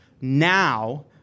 now